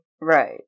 right